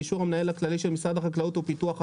באישור המנהל הכללי של משרד החקלאות ופיתוח הכפר,